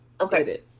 Okay